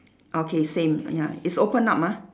okay same ya it's open up ah